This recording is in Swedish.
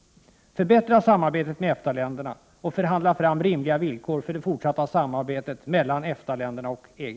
Förbättra samarbetet mellan EFTA-länderna, och förhandla fram rimliga villkor för det fortsatta samarbetet mellan EFTA-länderna och EG!